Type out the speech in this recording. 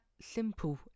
simple